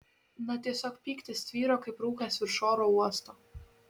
na tiesiog pyktis tvyro kaip rūkas virš oro uosto